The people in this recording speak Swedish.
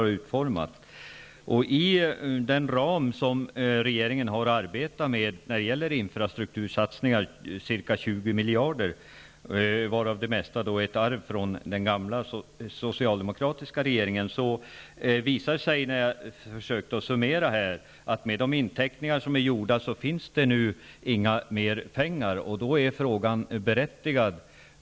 När det gäller den ram som regeringen har att arbeta med när det gäller infrastruktursatsningar -- ca 20 miljarder, varav det mesta är ett arv från den gamla socialdemokratiska regeringen -- visade det sig när jag försökte göra en summering att med de inteckningar som är gjorda finns det inga mer pengar. Då är frågan berättigad.